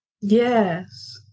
Yes